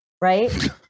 Right